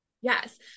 Yes